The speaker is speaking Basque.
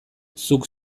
zuk